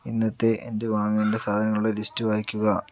ഇന്നത്തെ എൻ്റെ വാങ്ങേണ്ട സാധനങ്ങളുടെ ലിസ്റ്റ് വായിക്കുക